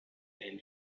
and